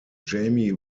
jamie